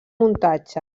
muntatge